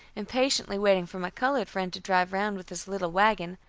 impatiently waiting for my colored friend to drive round with his little wagon,